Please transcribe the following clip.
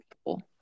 people